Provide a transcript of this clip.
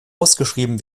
ausgeschrieben